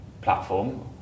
platform